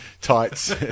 tights